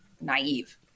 naive